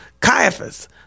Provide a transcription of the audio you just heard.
Caiaphas